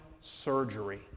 surgery